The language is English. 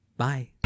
Bye